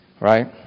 right